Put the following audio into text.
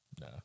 No